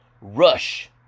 Rush